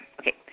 Okay